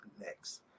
next